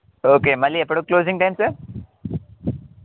okay మళ్ళీ ఎప్పుడు closing time sir